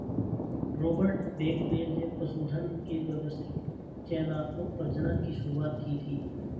Robert Bakewell ने पशुधन के व्यवस्थित चयनात्मक प्रजनन की शुरुआत की थी